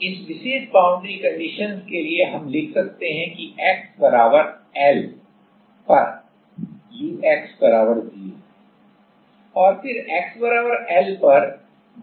इस विशेष boundary conditions के लिए हम लिख सकते हैं कि x L पर ux 0 है और फिर x L पर dwdx 0 है